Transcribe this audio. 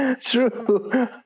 True